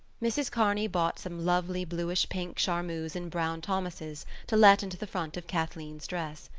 mrs. kearney bought some lovely blush-pink charmeuse in brown thomas's to let into the front of kathleen's dress.